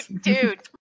dude